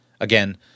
Again